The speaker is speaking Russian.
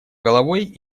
головой